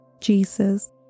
Jesus